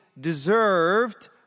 deserved